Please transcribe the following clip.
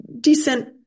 decent